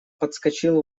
подскочил